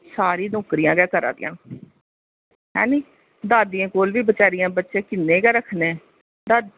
सारी नौकरियां गै करादियां दादियां कोल बी बच्चे बेचारे किन्ने गै रक्खने दादी